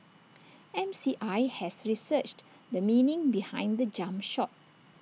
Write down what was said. M C I has researched the meaning behind the jump shot